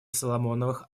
соломоновых